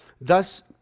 Thus